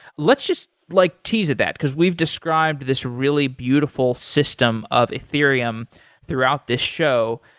let's just like tease at that, because we've described this really beautiful system of ethereum throughout this show.